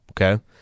okay